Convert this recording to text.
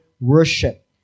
worship